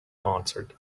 answered